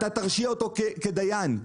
אתה תרשיע אותו כדיין.